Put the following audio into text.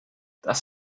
das